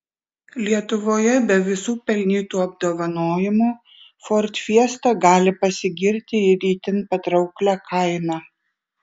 lietuvoje be visų pelnytų apdovanojimų ford fiesta gali pasigirti ir itin patrauklia kaina